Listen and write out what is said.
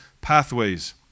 pathways